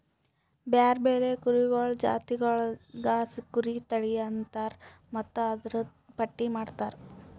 ಬ್ಯಾರೆ ಬ್ಯಾರೆ ಕುರಿಗೊಳ್ದು ಜಾತಿಗೊಳಿಗ್ ಕುರಿ ತಳಿ ಅಂತರ್ ಮತ್ತ್ ಅದೂರ್ದು ಪಟ್ಟಿ ಮಾಡ್ತಾರ